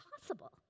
possible